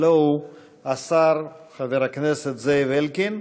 הלוא הוא השר חבר הכנסת זאב אלקין.